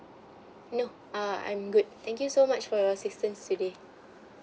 no err I'm good thank you so much for your assistance today